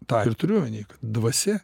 tą ir turiu omeny kad dvasia